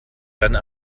werden